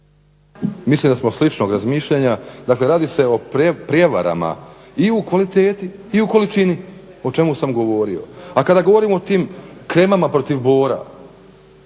Mislim da smo sličnog razmišljanja. Dakle, radi se o prijevarama i u kvaliteti i o količini o čemu sam govorio. A kada govorim o tim kremama protiv bora.